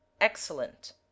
excellent